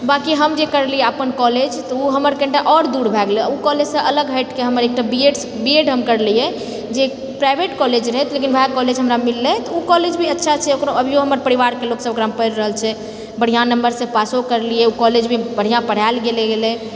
बाँकि हम जे करलिऐ अपन कॉलेज तऽ ओ हमर कनिटा आओर दूर भए गेलै ओ कॉलेजसँ अलग हटिकऽ हमर एकटा बीएड बीएड हम करलिऐ जे प्राइवेट कॉलेज रहै लेकिन ओएह कॉलेज हमरा मिललै तऽ ओ कॉलेज भी अच्छा छै ओकरो अभियो हमर परिवारके लोक सब ओकरामे पढ़ि रहल छै बढ़िआँ नम्बरसँ पासो करलिऐ ओ कॉलेजमे बढ़िआँ पढ़ाएल गेलै